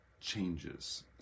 changes